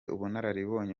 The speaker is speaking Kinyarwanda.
ubunararibonye